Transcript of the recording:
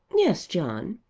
yes, john.